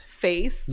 face